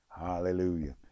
Hallelujah